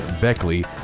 Beckley